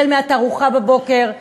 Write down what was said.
החל מהתערוכה בבוקר,